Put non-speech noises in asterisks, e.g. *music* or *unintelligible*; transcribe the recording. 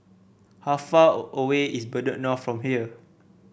how far *unintelligible* away is Bedok North from here